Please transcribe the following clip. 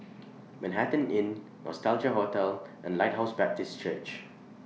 Manhattan Inn Nostalgia Hotel and Lighthouse Baptist Church